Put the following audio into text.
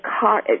car